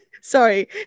sorry